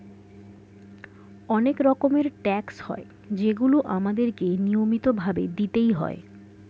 অনেক রকমের ট্যাক্স হয় যেগুলো আমাদের কে নিয়মিত ভাবে দিতেই হয়